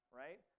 right